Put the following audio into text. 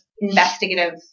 investigative